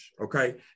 okay